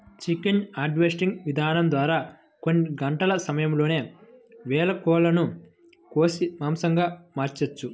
chicken harvesting ఇదానం ద్వారా కొన్ని గంటల సమయంలోనే వేల కోళ్ళను కోసి మాంసంగా మార్చొచ్చు